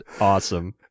awesome